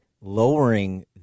lowering